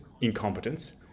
incompetence